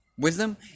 Wisdom